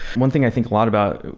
one thing i think a lot about,